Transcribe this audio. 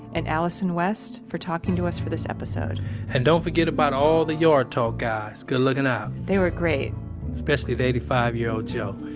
and allyson west for talking to us for this episode and don't forget about all the yard talk guys. good looking out they were great especially that eighty five year-old joe.